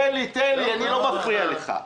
תן לי, אני לא מפריע לך.